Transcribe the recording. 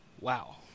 Wow